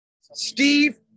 steve